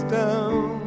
down